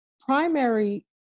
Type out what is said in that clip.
primary